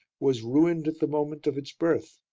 was ruined at the moment of its birth,